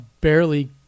barely